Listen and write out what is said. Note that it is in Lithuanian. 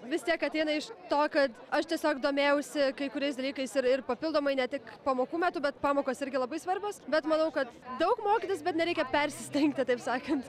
vis tiek ateina iš to kad aš tiesiog domėjausi kai kuriais dalykais ir ir papildomai ne tik pamokų metu bet pamokos irgi labai svarbios bet manau kad daug mokytis bet nereikia persistengti taip sakant